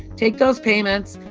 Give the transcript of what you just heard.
take those payments,